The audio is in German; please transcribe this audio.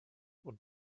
und